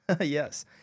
yes